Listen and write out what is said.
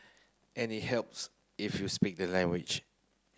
and it helps if you speak the language